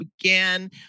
again